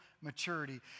maturity